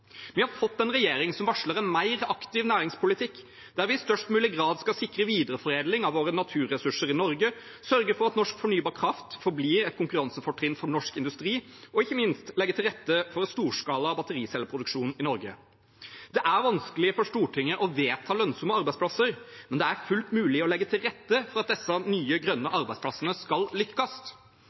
Vi har fått en regjering som varsler en mer aktiv næringspolitikk, der vi i størst mulig grad skal sikre videreforedling av våre naturressurser i Norge, sørge for at norsk fornybar kraft forblir et konkurransefortrinn for norsk industri, og ikke minst legge til rette for storskala battericelleproduksjon i Norge. Det er vanskelig for Stortinget å vedta lønnsomme arbeidsplasser, men det er fullt mulig å legge til rette for at disse nye grønne arbeidsplassene skal